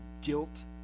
guilt